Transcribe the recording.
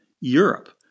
Europe